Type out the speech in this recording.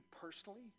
personally